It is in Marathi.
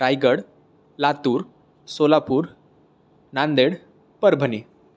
रायगड लातूर सोलापूर नांदेड परभणी